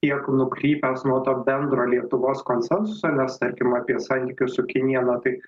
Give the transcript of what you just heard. tiek nukrypęs nuo to bendro lietuvos konsensuso nes tarkim apie santykius su kinija na taip